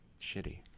shitty